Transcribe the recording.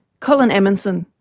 colin emonson,